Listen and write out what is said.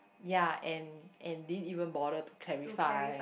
ya and and didn't even bother to clarify